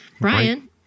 Brian